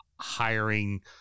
hiring